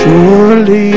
Surely